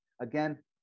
Again